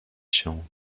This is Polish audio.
się